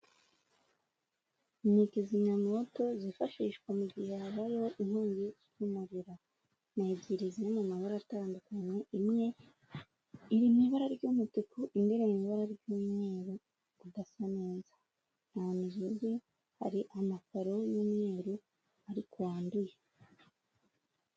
Ni kizimyamwoto zifashishwa mu gihe habayeho inkongi y'umuriro. Ni ebyiri ziri mu mabara atandukanye imwe iri mu ibara ry'umutuku, indi iri mu ibara ry'umweru udasa neza. Ahantu ziri hari amakaro y'umweru ariko wanduye.